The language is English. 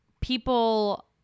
people